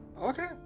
Okay